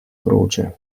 croce